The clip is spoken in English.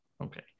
Okay